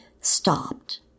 stopped